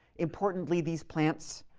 importantly these plants